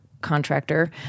contractor